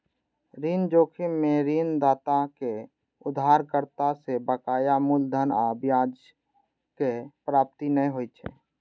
ऋण जोखिम मे ऋणदाता कें उधारकर्ता सं बकाया मूलधन आ ब्याजक प्राप्ति नै होइ छै